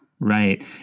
Right